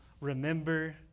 remember